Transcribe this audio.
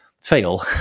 fail